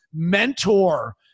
mentor